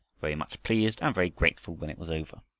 very much pleased and very grateful when it was over.